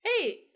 Hey